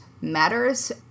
matters